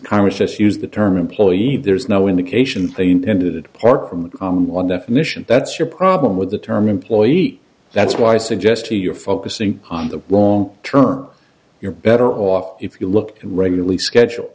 congress used the term employee there's no indication they intended to park from one definition that's your problem with the term employee that's why i suggest to your focusing on the long term you're better off if you look regularly scheduled